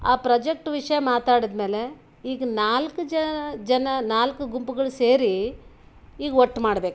ಆ ಪ್ರೊಜೆಕ್ಟ್ ವಿಷಯ ಮಾತಾಡಾದ್ಮೇಲೆ ಈಗ ನಾಲ್ಕು ಜನ ನಾಲ್ಕು ಗುಂಪುಗಳು ಸೇರಿ ಈಗ ಒಟ್ಟು ಮಾಡ್ಬೇಕು